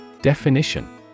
Definition